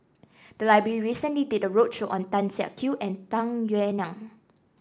the library recently did a roadshow on Tan Siak Kew and Tung Yue Nang